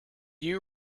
you